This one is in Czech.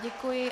Děkuji.